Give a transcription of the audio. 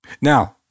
Now